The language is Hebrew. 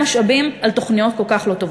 והמשאבים על תוכניות כל כך לא טובות.